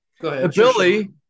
Billy